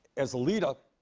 as a leader,